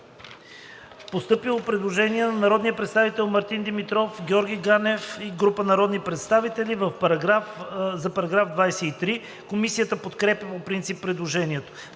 постъпило предложение от народния представител Мартин Димитров, Георги Ганев и група народни представители. Комисията подкрепя по принцип предложението.